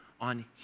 on